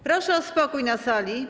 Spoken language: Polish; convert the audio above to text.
Proszę o spokój na sali.